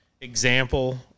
Example